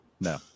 No